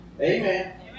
Amen